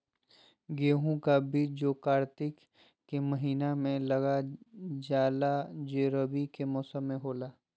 गेहूं का बीज को कार्तिक के महीना में लगा जाला जो रवि के मौसम में होला